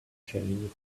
change